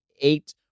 eight